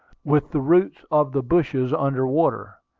with the roots of the bushes under water.